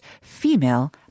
female